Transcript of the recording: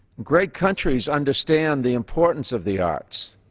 great countries understand the importance of the arts,